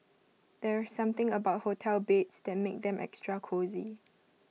there's something about hotel beds that makes them extra cosy